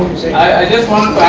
i just want